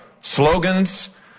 slogans